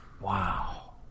Wow